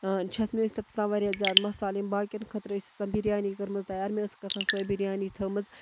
چھَس مےٚ ٲسۍ تَتھ ٲسۍ آسان واریاہ زیادٕ مصالہٕ یِم باقِیَن خٲطرٕ ٲسۍ آسان بِریانی کٔرمٕژ تیار مےٚ ٲسٕکھ آسان سۄے بِریانی تھٲمٕژ